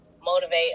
motivate